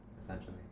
essentially